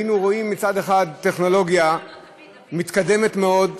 היינו רואים מצד אחד טכנולוגיה מתקדמת מאוד,